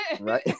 Right